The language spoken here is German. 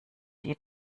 die